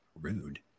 Rude